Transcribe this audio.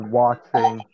watching